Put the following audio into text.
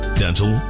dental